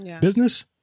business